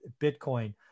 Bitcoin